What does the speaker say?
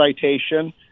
citation